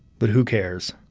but who cares?